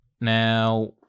Now